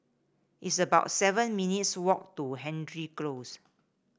it's about seven minutes' walk to Hendry Close